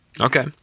Okay